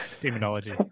Demonology